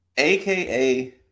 Aka